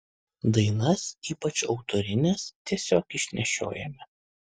dainas ypač autorines tiesiog išnešiojame